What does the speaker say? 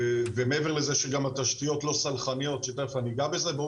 מעבר לזה, התשתיות לא סלחניות, שתיכף אני אגע בזה.